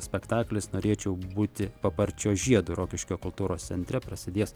spektaklis norėčiau būti paparčio žiedu rokiškio kultūros centre prasidės